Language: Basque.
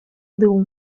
dugu